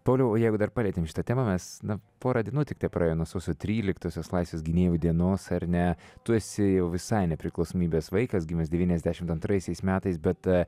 pauliau o jeigu dar palietėm šitą temą mes nu pora dienų tiktai praėjo nuo sausio tryliktosios laisvės gynėjų dienos ar ne tu esi jau visai nepriklausomybės vaikas gimęs devyniasdešimt antraisiais metais bet